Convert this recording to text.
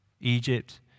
Egypt